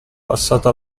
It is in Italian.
passata